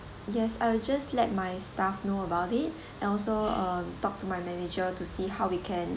yes I'll just let my staff know about it and also um talk to my manager to see how we can